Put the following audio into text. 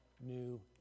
new